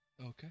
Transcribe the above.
Okay